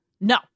no